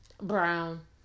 Brown